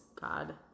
God